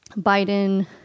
Biden